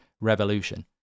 revolution